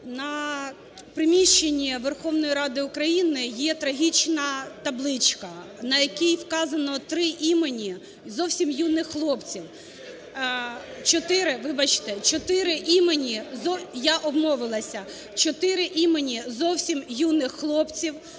на приміщенні Верховної Ради України є трагічна табличка, на якій вказано три імені зовсім юних хлопців… Чотири. Вибачте, чотири імені, я обмовилася.